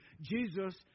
Jesus